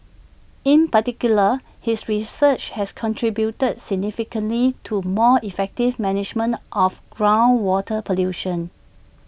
in particular his research has contributed significantly to more effective management of groundwater pollution